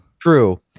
True